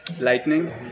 Lightning